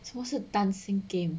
什么是 dancing game